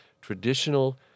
traditional